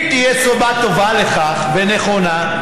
אם תהיה סיבה טובה לכך ונכונה,